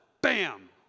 Bam